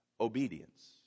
obedience